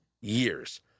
years